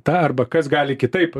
tą arba kas gali kitaip